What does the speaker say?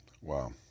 Wow